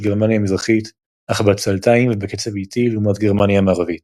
גרמניה המזרחית אך בעצלתיים ובקצב איטי לעומת גרמניה המערבית.